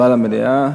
להצבעה.